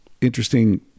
interesting